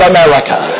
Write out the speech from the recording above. America